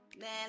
Man